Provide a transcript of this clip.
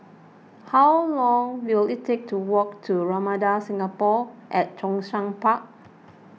how long will it take to walk to Ramada Singapore at Zhongshan Park